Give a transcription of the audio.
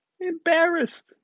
Embarrassed